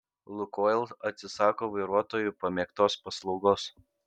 lukoil atsisako vairuotojų pamėgtos paslaugos